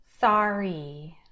sorry